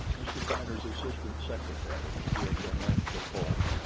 mr. tyler's assistant secretary, who had been left at home,